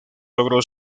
logró